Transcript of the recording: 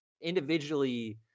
individually